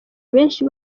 abenshi